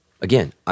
again